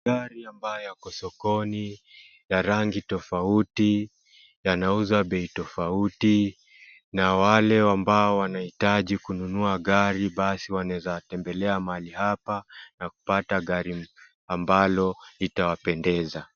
Gari ambayo yako sokoni ya rangi tofauti, yanauzwa bei tofauti na wale ambao wanahitaji kununua gari basi wanaweza tembelea hapa na kupatana gari ambalo itawapendeza.